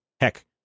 heck